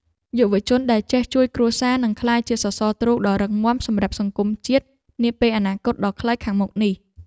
យុវជនដែលចេះជួយគ្រួសារនឹងក្លាយជាសសរទ្រូងដ៏រឹងមាំសម្រាប់សង្គមជាតិនាពេលអនាគតដ៏ខ្លីខាងមុខនេះ។